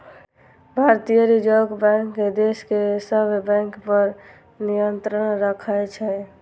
भारतीय reserve bank देश के सब बैंक पर नियंत्रण राखै छै